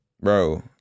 Bro